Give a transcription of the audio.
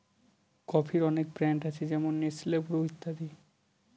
কফির অনেক ব্র্যান্ড আছে যেমন নেসলে, ব্রু ইত্যাদি